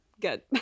good